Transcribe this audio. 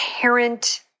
parent